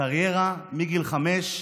קריירה מגיל חמש,